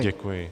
Děkuji.